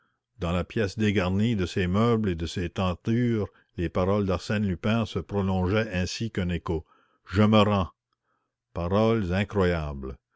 dans la pièce dégarnie de ses meubles et de ses tentures les paroles d'arsène lupin se prolongeaient ainsi qu'un écho je me rends paroles incroyables